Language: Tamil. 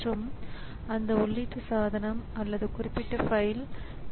நான் இதை ஒரு டைம் மல்டிபிளக்ஸ்ட் பாணியில் செயல்படுத்தமுடியும்